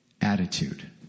attitude